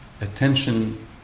attention